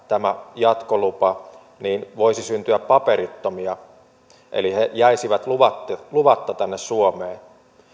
tämä jatkolupa voisi syntyä paperittomia eli he jäisivät luvatta luvatta tänne suomeen